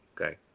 okay